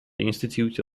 institute